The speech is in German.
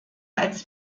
als